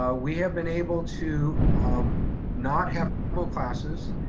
ah we have been able to not have combo classes,